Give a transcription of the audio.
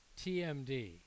TMD